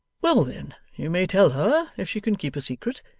well then, you may tell her if she can keep a secret.